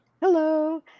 Hello